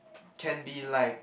can be like